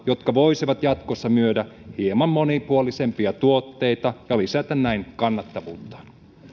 jotka voisivat jatkossa myydä hieman monipuolisempia tuotteita ja lisätä näin kannattavuuttaan